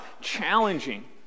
challenging